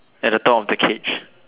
at the top of the cage